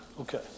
Okay